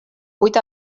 vuit